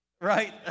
Right